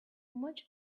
much